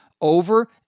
over